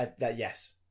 Yes